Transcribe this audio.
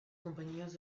compañías